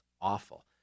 awful